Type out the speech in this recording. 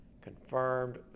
confirmed